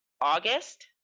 August